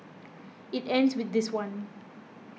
it ends with this one